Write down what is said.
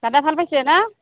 দাদা ভাল পাইছে না